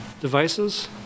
devices